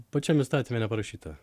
pačiam įstatyme neparašyta